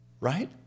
right